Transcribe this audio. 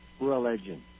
religion